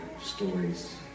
stories